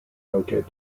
noted